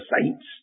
saints